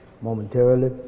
momentarily